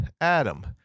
Adam